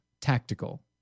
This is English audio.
Tactical